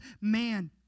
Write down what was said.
man